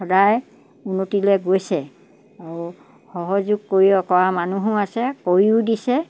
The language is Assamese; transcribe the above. সদায় উন্নতিলৈ গৈছে আৰু সহযোগ কৰি কৰা মানুহো আছে কৰিও দিছে